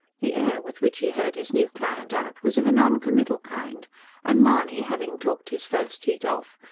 the air with which he heard his new client out was of a non-committal kind and mahony, having talked his first heat off,